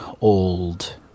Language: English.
old